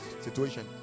situation